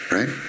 Right